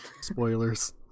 spoilers